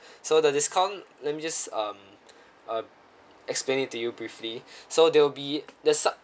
so the discount let me just um uh explain it to you briefly so they'll be the sub~